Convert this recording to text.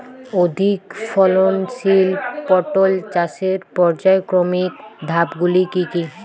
অধিক ফলনশীল পটল চাষের পর্যায়ক্রমিক ধাপগুলি কি কি?